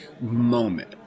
moment